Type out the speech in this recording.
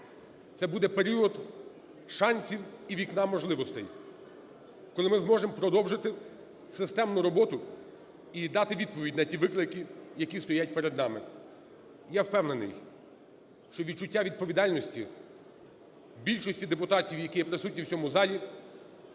це буде період шансів і вікна можливостей, коли ми зможемо продовжити системну роботу і дати відповідь на ті виклики, які стоять перед нами. Я впевнений, що відчуття відповідальності в більшості депутатів, які є присутні в цьому залі,